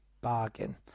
bargain